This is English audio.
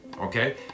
Okay